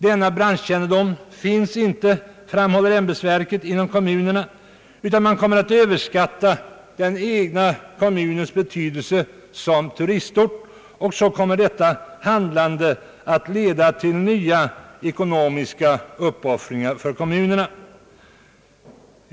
Denna branschkännedom, framhåller ämbetsverket, finns inte inom kommunerna, utan man kommer att överskatta den egna kommunens betydelse som turistort. Därigenom leder detta handlande till nya ekonomiska uppoffringar för kommunerna.